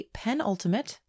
penultimate